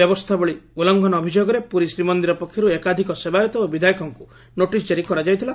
ବ୍ୟବସ୍ରାବଳୀ ଉଲ୍ଲଂଘନ ଅଭିଯୋଗରେ ପୁରୀ ଶ୍ରୀମନ୍ଦିର ପକ୍ଷରୁ ଏକାଧିକ ସେବାୟତ ଓ ବିଧାୟକଙ୍ଙୁ ନୋଟିସ୍ କାରି କରାଯାଇଥିଲା